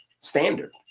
standard